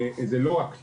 זה לא רק טאבו,